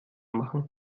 machen